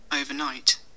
overnight